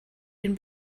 den